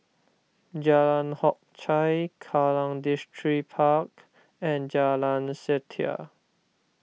Jalan Hock Chye Kallang Distripark and Jalan Setia